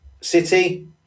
City